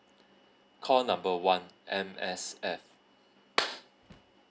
call number one M_S_F